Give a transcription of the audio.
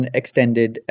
extended